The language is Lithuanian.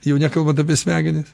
jau nekalbant apie smegenis